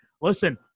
listen